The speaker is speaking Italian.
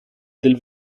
del